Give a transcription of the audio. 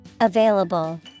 Available